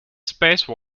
space